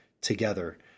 together